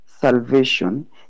salvation